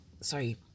Sorry